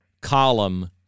column